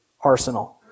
arsenal